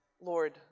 Lord